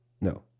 no